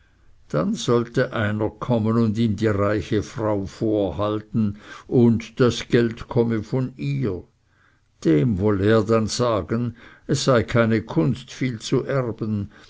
dann sollte einer kommen und ihm die reiche frau vorhalten und das geld komme von ihr dem wolle er dann sagen es sei keine kunst viel zu erben